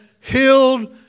healed